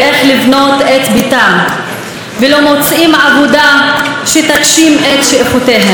לבנות את ביתם ולא מוצאים עבודה שתגשים את שאיפותיהם.